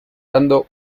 dando